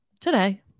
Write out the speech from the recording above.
Today